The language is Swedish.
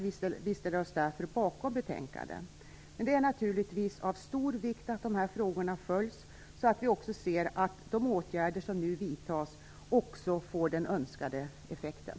Vi ställer oss därför bakom betänkandet. Men det är naturligtvis av stor vikt att dessa frågor följs, så att vi ser att de åtgärder som nu vidtas också får den önskade effekten.